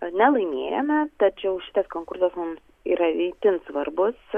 nelaimėjome tačiau šitas konkursas mums yra itin svarbus